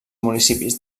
municipis